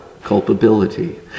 culpability